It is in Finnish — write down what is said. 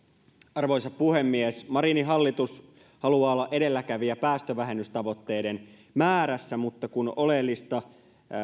arvoisa puhemies marinin hallitus haluaa olla edelläkävijä päästövähennystavoitteiden määrässä mutta kun oleellista